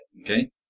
Okay